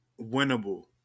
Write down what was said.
winnable